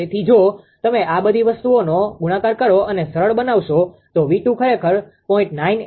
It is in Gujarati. તેથી જો તમે આ બધી વસ્તુઓનો ગુણાકાર કરો અને સરળ બનાવશો તો 𝑉2 ખરેખર 0